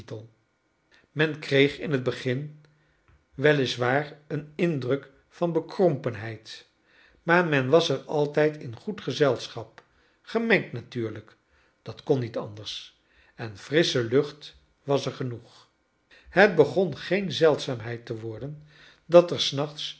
men kreeg in het begin wel is waar een indruk van bekrompenheid maar men was er altijd in goed gezelschap gemengd natuurlijk dat kon niet anders en frissche lucht was er genoeg het begon geen zeldzaamheid te worden dat er s nachts